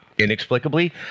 inexplicably